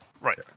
Right